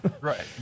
right